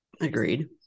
agreed